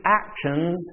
actions